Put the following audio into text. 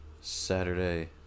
Saturday